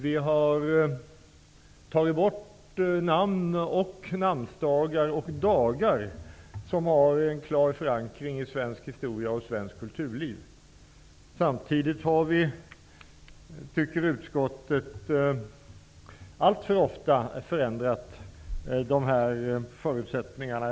Vi har tagit bort namn, namnsdagar och dagar som har en klar förankring i svensk historia och svenskt kulturliv. Samtidigt har vi, tycker utskottet, alltför ofta förändrat de här förutsättningarna.